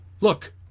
look